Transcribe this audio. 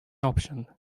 option